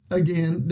again